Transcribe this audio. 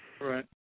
Right